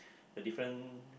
a different